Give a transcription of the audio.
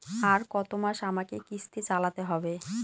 আর কতমাস আমাকে কিস্তি চালাতে হবে?